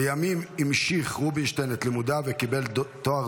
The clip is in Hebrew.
לימים המשיך רובינשטיין את לימודיו וקיבל תואר